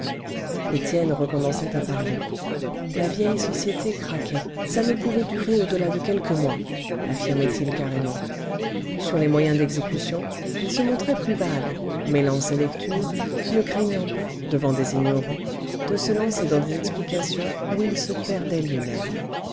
étienne recommençait à parler la vieille société craquait ça ne pouvait durer au-delà de quelques mois affirmait il carrément sur les moyens d'exécution il se montrait plus vague mêlant ses lectures ne craignant pas devant des ignorants de se lancer dans des explications où il se perdait lui-même